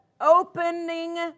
opening